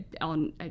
on